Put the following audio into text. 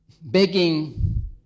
begging